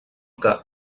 que